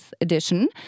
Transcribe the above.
edition